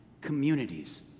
communities